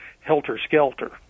helter-skelter